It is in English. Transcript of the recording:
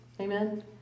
Amen